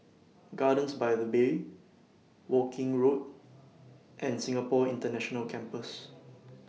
Gardens By The Bay Woking Road and Singapore International Campus